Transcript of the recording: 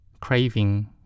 craving